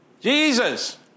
Jesus